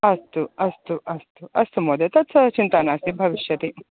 अस्तु अस्तु अस्तु अस्तु अस्तु महोदय तत् स चिन्ता नास्ति भविष्यति